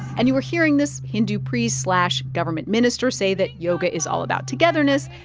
and you were hearing this hindu priest slash government minister say that yoga is all about togetherness,